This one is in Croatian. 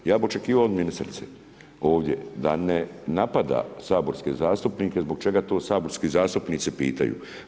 Ja bi očekivao od ministrice ovdje da ne napada saborske zastupnike, zbog čega to saborski zastupnici pitaju.